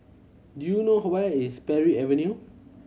do you know where is Parry Avenue